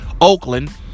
Oakland